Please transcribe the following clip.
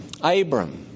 Abram